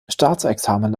staatsexamen